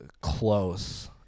close